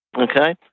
Okay